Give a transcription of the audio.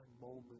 moment